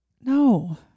No